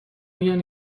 میان